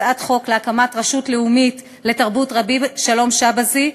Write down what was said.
הצעת חוק להקמת רשות לאומית לתרבות שלום שבזי,